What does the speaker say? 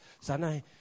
Sana